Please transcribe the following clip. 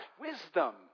wisdom